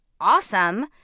awesome